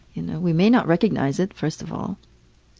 you know, we may not recognize it, first of all.